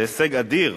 זה הישג אדיר.